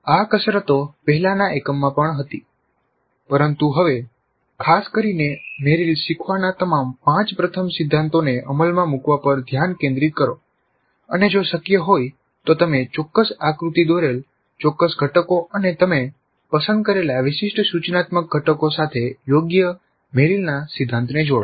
આ કસરતો પહેલાના એકમમાં પણ હતી પરંતુ હવે ખાસ કરીને મેરિલ શીખવાના તમામ પાંચ પ્રથમ સિદ્ધાંતોને અમલમાં મૂકવા પર ધ્યાન કેન્દ્રિત કરો અને જો શક્ય હોય તો તમે ચોક્કસ આકૃતિ દોરેલ ચોક્કસ ઘટકો અને તમે પસંદ કરેલા વિશિષ્ટ સૂચનાત્મક ઘટકો સાથે યોગ્ય મેરિલના સિદ્ધાંતને જોડો